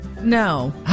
No